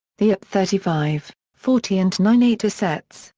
the opp. thirty five, forty and ninety eight a sets,